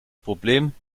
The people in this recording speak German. problem